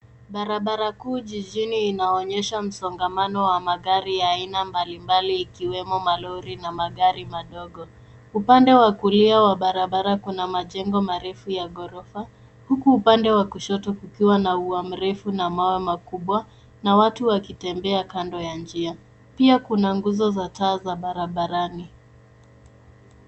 Barabara kuu jijini inaonyesha mzongamano wa magari ya aina mbali mbali ikiwemo malori na magari madogo. Upande wa kulia wa barabara kuna majengo marefu ya gorofa, huku upande wa kushoto kukiwa na ua mrefu na mawe makubwa na watu wakitembea kando ya njia pia kuna nguzo za taa barabarani.